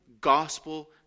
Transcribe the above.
gospel